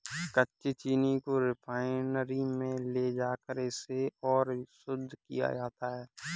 कच्ची चीनी को रिफाइनरी में ले जाकर इसे और शुद्ध किया जाता है